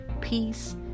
peace